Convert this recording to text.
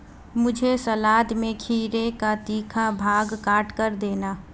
मुझे सलाद में खीरे का तीखा भाग काटकर देना